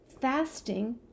fasting